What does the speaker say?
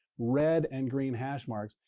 red and green hash marks.